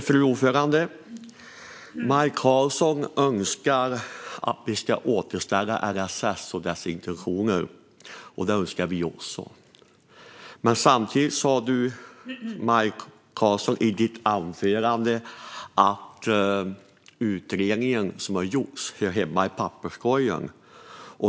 Fru talman! Maj Karlsson önskar att vi ska återställa LSS och dess intentioner. Det önskar vi också. Men Maj Karlsson sa också i sitt anförande att utredningen som har gjorts hör hemma i papperskorgen.